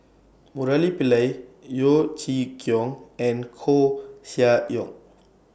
Murali Pillai Yeo Chee Kiong and Koeh Sia Yong